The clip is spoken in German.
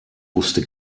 wusste